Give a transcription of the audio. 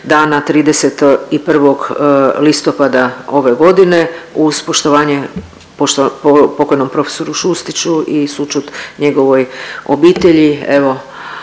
dana 31. listopada ove godine uz poštovanje .../nerazumljivo/... pokojnom profesoru Šustiću i sućut njegovoj obitelji,